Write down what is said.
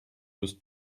was